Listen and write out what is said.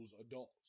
adults